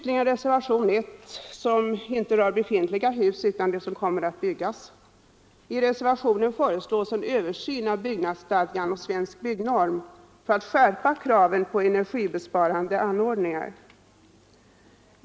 I reservationen 1, slutligen, som inte rör befintliga hus, utan de hus som kommer att byggas, föreslås en översyn av byggnadsstadgan och Svensk byggnorm för att skärpa kraven på energibesparande anordningar.